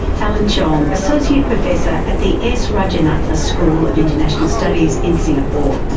alan chong, associate professor at the s rajaratnam school of international studies in singapore.